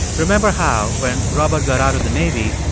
remember how, when robert got out of the navy,